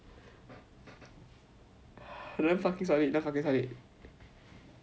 that [one] fucking solid that [one] fucking solid